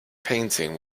painting